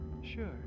Sure